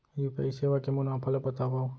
UPI सेवा के मुनाफा ल बतावव?